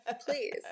Please